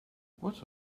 what